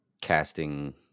casting